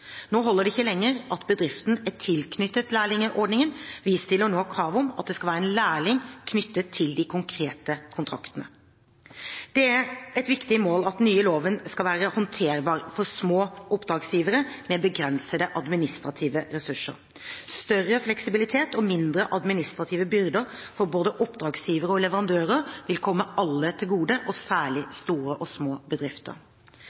Nå holder det ikke lenger at bedriften er tilknyttet lærlingordningen, vi stiller nå krav om at det skal være lærlinger knyttet til de konkrete kontraktene. Det er et viktig mål at den nye loven skal være håndterbar for små oppdragsgivere med begrensede administrative ressurser. Større fleksibilitet og mindre administrative byrder for både oppdragsgiver og leverandører vil komme alle til gode, og særlig små og mellomstore bedrifter.